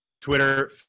twitter